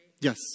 Yes